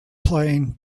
playing